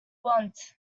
want